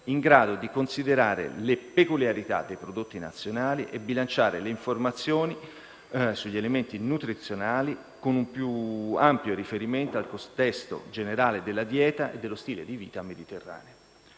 in grado di considerare le peculiarità dei prodotti nazionali e bilanciare le informazioni sugli elementi nutrizionali con un più ampio riferimento al contesto generale della dieta e dello stile di vita mediterraneo.